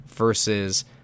versus